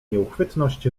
nieuchwytność